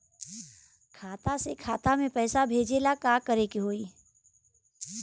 खाता से खाता मे पैसा भेजे ला का करे के होई?